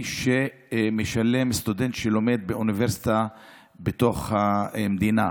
שמשלם סטודנט שלומד באוניברסיטה בתוך המדינה.